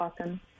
awesome